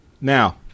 Now